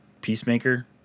Peacemaker